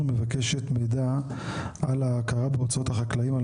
מבקשת מידע על ההכרה בהוצאות החקלאים על